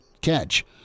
catch